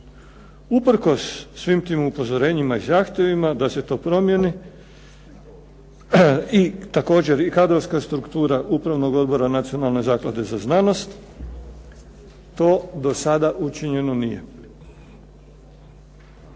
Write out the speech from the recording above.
Usprkos svim tim upozorenjima i zahtjevima da se to promijeni i također i kadrovska struktura Upravnog odbora Nacionalne zaklade za znanost to do sada učinjeno nije.